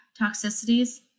toxicities